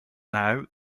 now